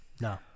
No